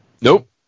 Nope